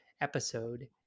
episode